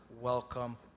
welcome